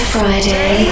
Friday